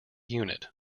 unit